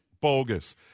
bogus